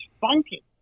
funky